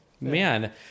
man